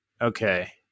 Okay